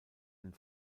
den